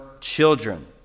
children